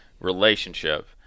relationship